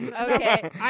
Okay